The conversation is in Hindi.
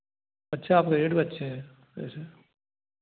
अच्छा आपके रेट भी अच्छे हैं ऐसे